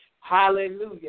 Hallelujah